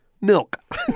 Milk